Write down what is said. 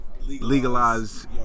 legalize